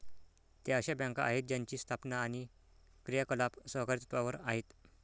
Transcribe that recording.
त्या अशा बँका आहेत ज्यांची स्थापना आणि क्रियाकलाप सहकारी तत्त्वावर आहेत